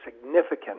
significant